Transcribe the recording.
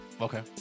okay